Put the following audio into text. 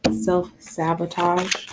self-sabotage